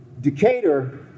Decatur